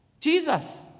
Jesus